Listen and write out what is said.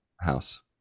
house